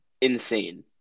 insane